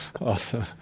awesome